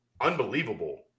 unbelievable